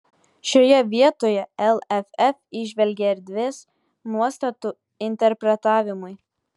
šioje vietoje lff įžvelgė erdvės nuostatų interpretavimui